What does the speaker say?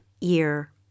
year